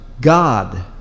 God